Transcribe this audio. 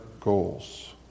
goals